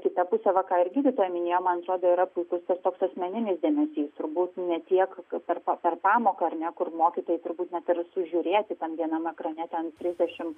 kita pusė va ką ir gydytoja minėjo man atrodo yra puikus ir toks asmeninis dėmesys turbūt ne tiek per per pamoką ar ne kur mokytojai turbūt net ir sužiūrėsi tam vienam ekrane ten trisdešimt